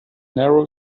narrow